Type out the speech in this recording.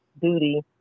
duty